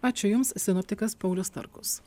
ačiū jums sinoptikas paulius starkus